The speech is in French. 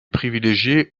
privilégié